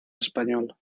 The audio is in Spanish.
español